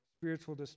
spiritual